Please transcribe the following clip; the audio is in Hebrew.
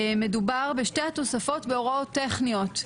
בשתי התוספות מדובר בהוראות טכניות.